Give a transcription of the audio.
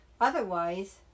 Otherwise